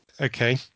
Okay